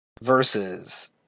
versus